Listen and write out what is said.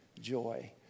joy